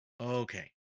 Okay